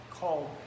called